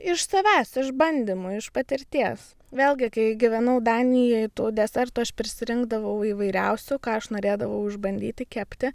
iš savęs iš bandymų iš patirties vėlgi kai gyvenau danijoj tų desertų aš prisirinkdavau įvairiausių ką aš norėdavau išbandyti kepti